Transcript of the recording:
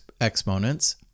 exponents